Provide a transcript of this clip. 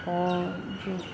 اور جو